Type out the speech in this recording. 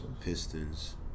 Pistons